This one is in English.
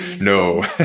No